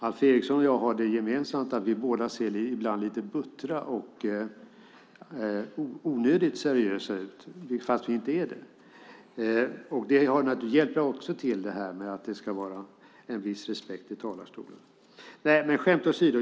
Alf Eriksson och jag har det gemensamt att vi båda ser ibland lite buttra och onödigt seriösa ut fast vi inte är det. Det hjälper till med att det ska vara en viss respekt i talarstolen. Skämt åsido!